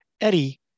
Eddie